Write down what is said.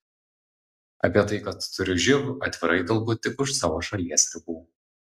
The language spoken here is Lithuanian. apie tai kad turiu živ atvirai kalbu tik už savo šalies ribų